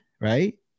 right